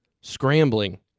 scrambling